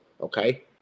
okay